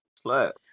Slap